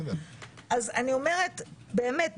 אז אני אומרת באמת,